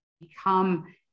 become